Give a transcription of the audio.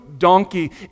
donkey